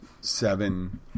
seven